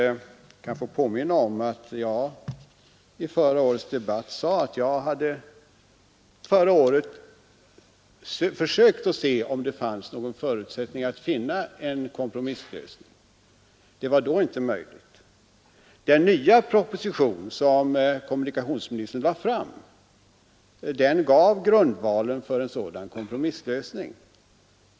Jag kanske får påminna om att jag i förra årets debatt sade, att jag hade försökt finna förutsättningar för en kompromisslösning. Det var då inte möjligt. Den nya proposition som kommunikationsministern lade fram gav grundvalen för en sådan kompromisslösning.